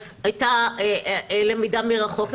אז הייתה למידה מרחוק.